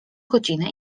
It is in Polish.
godzinę